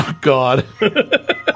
God